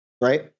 right